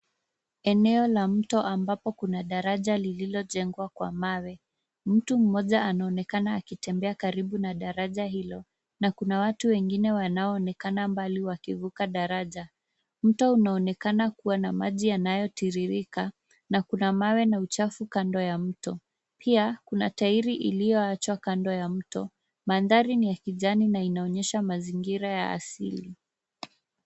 Eneo la mto ambapo kuna daraja lililojengwa kwa mawe. Mtu mmoja anaonekana akitembea karibu na daraja hilo na kuna watu wengine wanaoonekana mbali wakivuka daraja. Mto unaonekana kuwa na maji yanayotiririka. Na kuna mawe na uchafu kando ya mto. Pia, kuna tairi iliyoachwa kando ya mto. Mandhari ni ya kijani na inaonyesha mazingira ya asili.